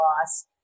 loss